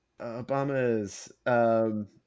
Obama's